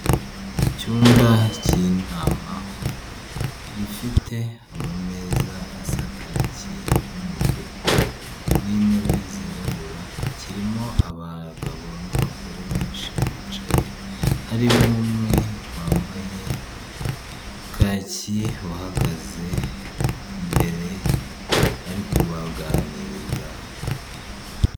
Icyumba cy'inama gifite amameza asa kaki n'umutuku n'intebe zirabura, kirimo abagabo n'abagore benshi bicaye harimo umwe wambaye kaki uhagaze imbere ari kubaganiriza.